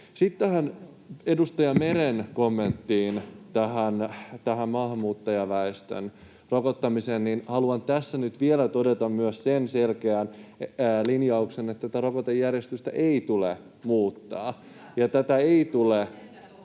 Sitten edustaja Meren kommenttiin, tähän maahanmuuttajaväestön rokottamiseen: Haluan tässä nyt vielä todeta myös sen selkeän linjauksen, että rokotejärjestystä ei tule muuttaa [Leena